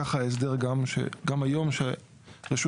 כך ההסדר גם היום שהות"ל,